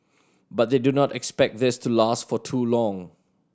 but they do not expect this to last for too long